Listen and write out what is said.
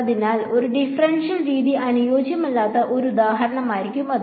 അതിനാൽ ഒരു ഡിഫറൻഷ്യൽ രീതി അനുയോജ്യമല്ലാത്ത ഒരു ഉദാഹരണമായിരിക്കും അത്